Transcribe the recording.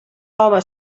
home